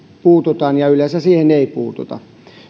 puututaan ja yleensä siihen ei puututa